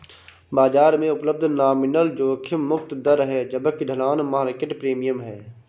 बाजार में उपलब्ध नॉमिनल जोखिम मुक्त दर है जबकि ढलान मार्केट प्रीमियम है